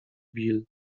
bill